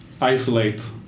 isolate